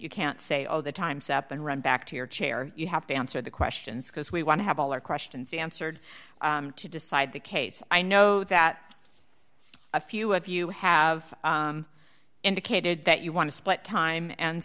you can't say all the times up and run back to your chair you have to answer the questions because we want to have all our questions answered to decide the case i know that a few of you have indicated that you want to split time and